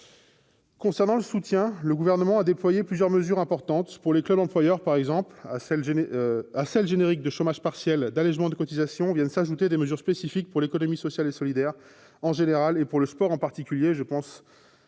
soutien aux bénévoles, le Gouvernement a déployé plusieurs mesures importantes. Ainsi, pour les clubs employeurs, aux dispositifs généraux de chômage partiel et d'allégement de cotisations viennent s'ajouter des mesures spécifiques pour l'économie sociale et solidaire en général, et pour le sport en particulier.